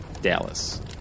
Dallas